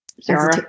Sarah